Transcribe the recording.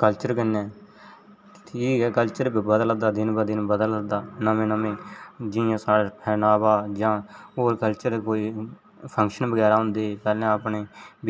culture कन्नै ठीक ऐ कल्चर बदला दा ऐ दिन ब दिन बदलदा नमें नमें जि'यां साढ़ा पहनावा जां होर कोई कल्चर फंक्शन बगैरा होंदे पैह्लें अपने